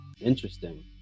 interesting